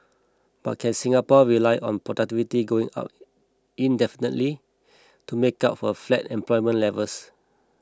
but can Singapore rely on productivity going up indefinitely to make up for flat employment levels